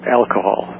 alcohol